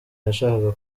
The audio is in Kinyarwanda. yashakaga